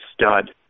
stud